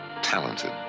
talented